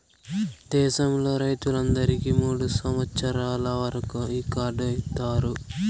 దేశంలో రైతులందరికీ మూడు సంవచ్చరాల వరకు ఈ కార్డు ఇత్తారు